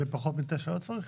ופחות מתשע לא צריך?